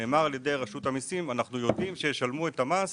נאמר על ידי רשות המסים: "אנחנו יודעים שישלמו את המס